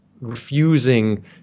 refusing